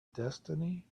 destiny